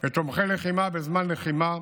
ותומכי לחימה בזמן לחימה,